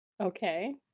Okay